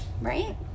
right